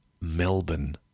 Melbourne